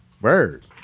Bird